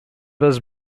was